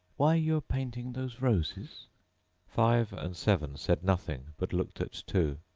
why you are painting those roses five and seven said nothing, but looked at two.